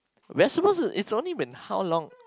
we're supposed to it's only been how long